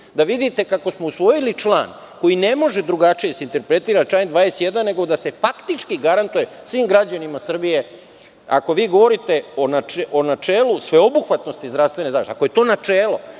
da vidite kako smo usvojili član koji ne može drugačije da se interpretira, član 21, nego da se faktički garantuje svim građanima Srbije… Ako vi govorite o načelu sveobuhvatnosti zdravstvene zaštite, ako je to načelo,